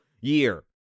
year